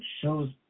shows